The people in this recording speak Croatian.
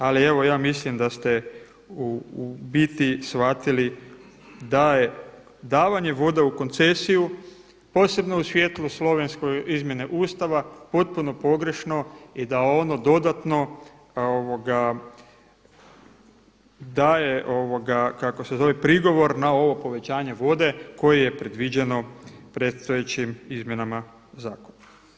Ali evo ja mislim da ste u biti shvatili da je davanje vode u koncesiju posebno u svijetlu slovenske izmjene Ustava potpuno pogrešno i da ono dodatno daje prigovor na ovo povećanje vode koje je predviđeno predstojećim izmjenama zakona.